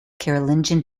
carolingian